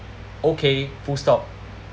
okay full stop